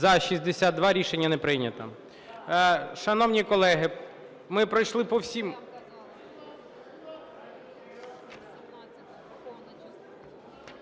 За – 62. Рішення не прийнято.